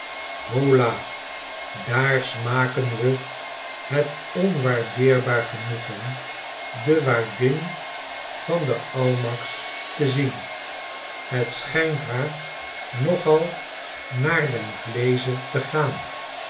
hola daar smaken we het onwaardeerbaar genoegen de waardin van de n almacks te zien het schijnt haar nogal naar den vleesche te gaan